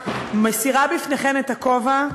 מסירה בפניכן את הכובע.